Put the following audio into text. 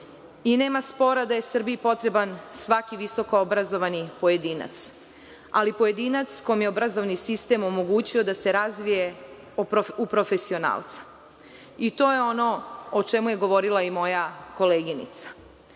Nema spora da je Srbiji potreban svaki visoko obrazovani pojedinac, ali pojedinac kome je obrazovni sistem omogućio da se razvije u profesionalca. To je ono o čemu je govorila moja koleginica. Jasno